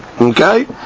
Okay